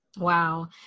Wow